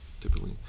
Typically